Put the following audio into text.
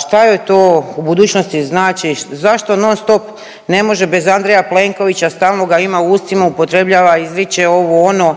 šta joj to u budućnosti znači, zašto non stop ne može bez Andreja Plenkovića, stalno ga ima u ustima, upotrebljava, izviče, ovo, ono.